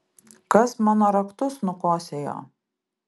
kas mano raktus nukosėjo